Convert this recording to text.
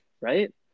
Right